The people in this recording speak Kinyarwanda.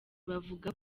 bavuga